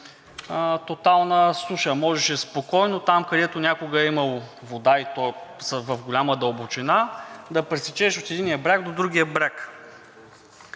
тотална суша, можеше спокойно там, където някога е имало вода, и то в голяма дълбочина, да пресечеш от единия бряг до другия.